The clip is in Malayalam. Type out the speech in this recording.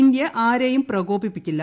ഇന്തൃ ആരെയും പ്രകോപിപ്പിക്കില്ല